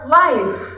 life